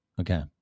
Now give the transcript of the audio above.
Okay